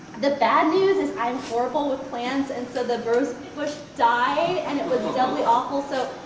the bad news is i'm horrible with plants and so the rose bush died and it was doubly awful. so,